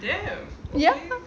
ya